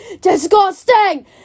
disgusting